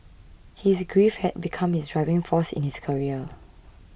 his grief had become his driving force in his career